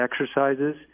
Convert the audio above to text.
exercises